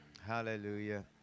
hallelujah